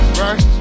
right